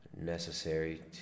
necessary